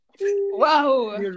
Wow